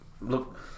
Look